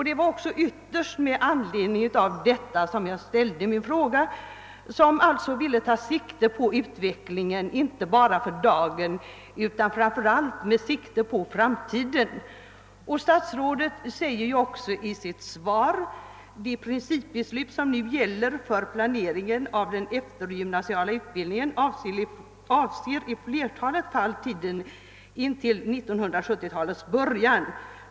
Det var också ytterst med tanke på detta jag ställde min fråga; jag ville ta sikte på utvecklingen inte bara för dagen utan framför allt för framtiden. Statsrådet säger i sitt svar: »De principbeslut som nu gäller för planeringen av den eftergymnasiala utbildningen avser i flertalet fall tiden till 1970-talets början.